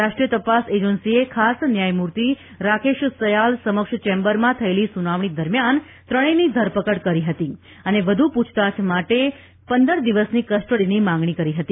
રાષ્ટ્રીય તપાસ એજન્સીએ ખાસ ન્યાયમૂર્તિ રાકેશ સયાલ સમક્ષ ચેમ્બરમાં થયેલી સુનાવણી દરમ્યાન ત્રણેયની ધરપકડ કરી હતી અને વધુ પૂછતાછ માટે પંદર દિવસની કસ્ટડીની માંગણી કરી હતી